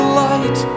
light